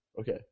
okay